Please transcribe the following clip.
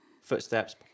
footsteps